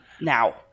now